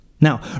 now